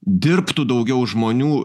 dirbtų daugiau žmonių